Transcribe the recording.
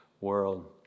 world